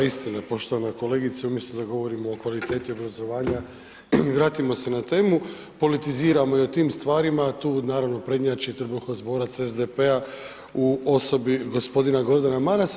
Istina poštovana kolegice, umjesto da govorimo o kvaliteti obrazovanja i vratimo se na temu, politiziramo i o tim stvarima, a tu naravno prednjači trbuhozborac SDP-a u osobi gospodina Gordana Marasa.